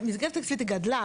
המסגרת התקציבית גדלה.